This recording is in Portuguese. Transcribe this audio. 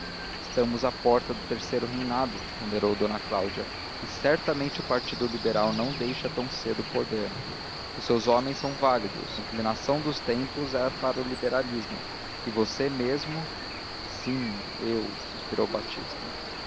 estamos à porta do terceiro reinado ponderou d cláudia e certamente o partido liberal não deixa tão cedo o poder os seus homens são válidos a inclinação dos tempos é para o liberalismo e você mesmo sim eu suspirou batista